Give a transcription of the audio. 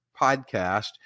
podcast